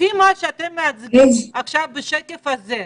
לפי מה שאתם מציגים עכשיו בשקף הזה,